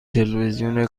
تلویزیون